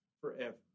forever